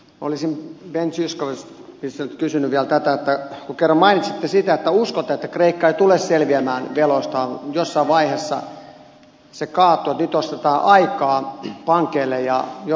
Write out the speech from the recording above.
olisin ben zyskowiczilta kysynyt vielä siitä kun kerran mainitsitte että uskotte että kreikka ei tule selviämään veloistaan jossain vaiheessa se kaatuu että nyt ostetaan aikaa pankeille ja joillekin muille maille